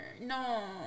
No